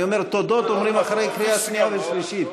אני אומר: תודות אומרים אחרי קריאה שנייה ושלישית.